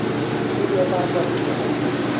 ई व्यापार कथी हव?